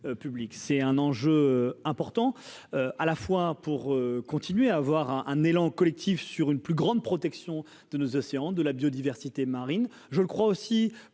c'est un enjeu important à la fois pour continuer à avoir un un élan collectif sur une plus grande protection de nos océans, de la biodiversité marine, je le crois aussi